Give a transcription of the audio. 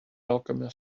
alchemist